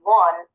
one